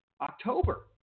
October